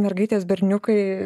mergaitės berniukai